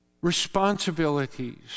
Responsibilities